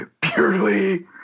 purely